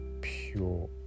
pure